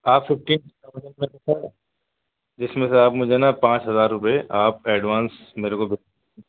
آپ ففٹین جس میں سے آپ مجھے نہ پانچ ہزار روپے آپ ایڈوانس میرے کو بھیج